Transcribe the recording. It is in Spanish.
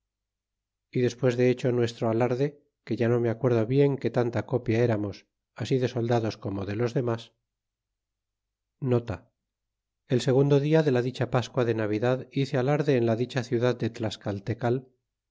y despues de hecho nuestro alarde que ya no me acuerdo bien que tanta copia eramos así de soldados como de los demas un dia despues de la pascua de navidad del año de el segiindo dia de la dicha pascua de navidad hice alarde en la dicha ciudad dc tascaltecal